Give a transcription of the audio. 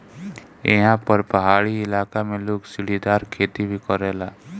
एहा पर पहाड़ी इलाका में लोग सीढ़ीदार खेती भी करेला